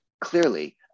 clearly